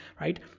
right